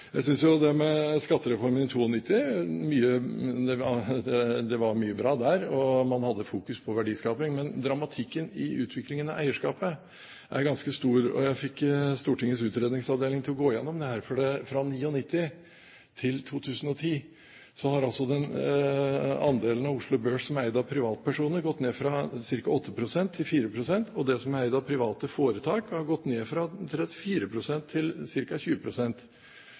Jeg synes det er mye bra med skattereformen av 1992. Man hadde fokus på verdiskaping, men dramatikken i utviklingen av eierskapet er ganske stor. Jeg fikk Stortingets utredningsseksjon til å gå gjennom dette. Fra 1999 til 2010 har den andelen av Oslo Børs som er eid av privatpersoner, gått ned fra ca. 8 pst. til 4 pst., og den som er eid av private foretak, har gått ned fra 34 pst. til